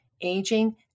aging